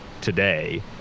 today